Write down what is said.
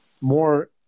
more –